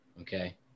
Okay